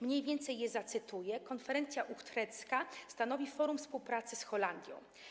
Mniej więcej je zacytuję: Konferencja utrechcka stanowi forum współpracy z Holandią.